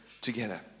together